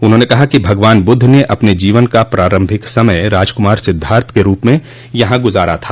उन्होंने कहा कि भगवान बुद्ध ने अपने जीवन का प्रारम्भिक समय राजकुमार सिद्धार्थ के रूप में यहां गुजारा था